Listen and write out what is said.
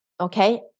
okay